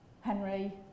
Henry